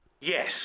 Yes